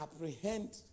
apprehend